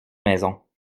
maisons